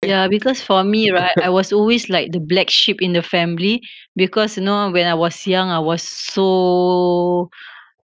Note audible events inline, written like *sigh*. ya because for me right I was always like the black sheep in the family because you know when I was young I was so *breath*